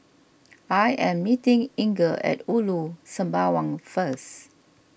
I am meeting Inger at Ulu Sembawang first